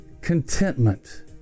contentment